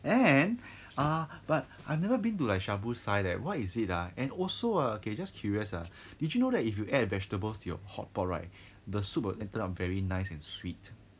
and ah but I never been to like shabu sai leh what is it ah and also uh okay just curious ah did you know that if you add vegetables your hotpot right the soup will then turn out very nice and sweet